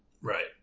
Right